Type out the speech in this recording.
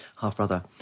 half-brother